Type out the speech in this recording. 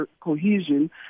cohesion